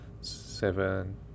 seven